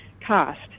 cost